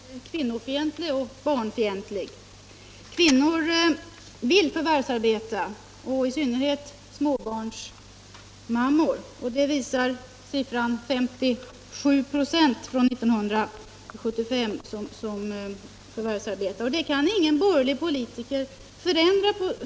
Herr talman! Fru Sundberg är kvinnofientlig och barnfientlig. Kvinnor vill förvärvsarbeta, i synnerhet småbarnsmammor, och det bevisas av siffran 57 96 förvärvsarbetande år 1975. Detta faktum kan ingen borgerlig politiker förändra.